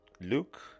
Luke